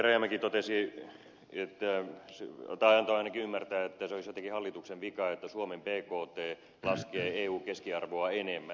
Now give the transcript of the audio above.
rajamäki totesi tai antoi ainakin ymmärtää että se olisi jotenkin hallituksen vika että suomen bkt laskee eun keskiarvoa enemmän